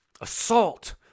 assault